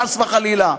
חס וחלילה,